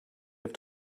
have